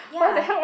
ya